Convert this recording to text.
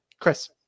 Chris